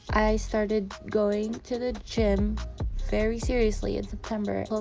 i started going to the gym very seriously in september. chloe,